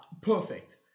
Perfect